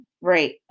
Right